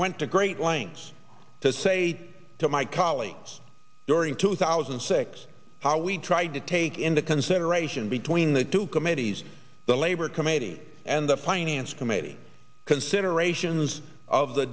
went to great lengths to say to my colleagues during two thousand and six we tried to take into consideration between the two committees the labor committee and the plane answer committee considerations of the